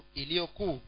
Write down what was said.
ilioku